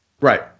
right